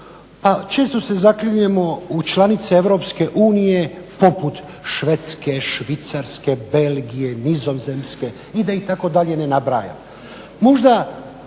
često se zaklinjemo u članice EU poput Švedske, Švicarske, Belgije Nizozemske i da ih tako ne dalje ne nabrajam.